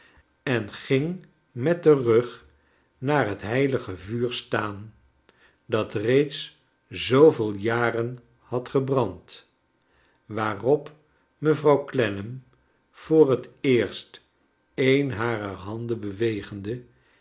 en ging met den rug naar het heilige vuur staan dat reeds zooveel jaren had gebrand waarop mevrouw clennam voor het eerst een harer handen bewegende